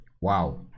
wow